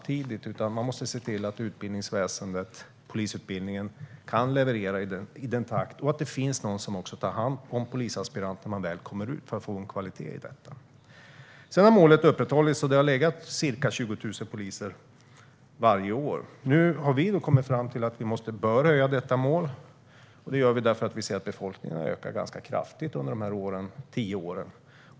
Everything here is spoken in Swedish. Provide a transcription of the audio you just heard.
För att få kvalitet i detta måste man i stället se till att utbildningsväsendet, det vill säga polisutbildningen, kan leverera i den takten och att det finns någon som tar hand om polisaspiranterna när de väl kommer ut. Sedan har målet upprätthållits, och det har varit ca 20 000 poliser varje år. Nu har vi kommit fram till att vi bör höja detta mål, och det gör vi därför att vi ser att befolkningen har ökat ganska kraftigt under de senaste tio åren.